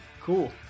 cool